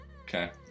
Okay